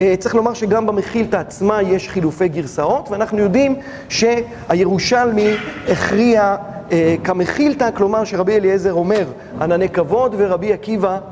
צריך לומר שגם במכילתא עצמה יש חילופי גרסאות, ואנחנו יודעים שהירושלמי הכריע כמכילתא, כלומר שרבי אליעזר אומר, ענני כבוד, ורבי עקיבא...